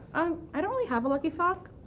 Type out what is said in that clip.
um i don't really have a lucky sock,